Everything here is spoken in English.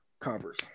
Converse